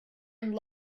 and